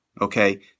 okay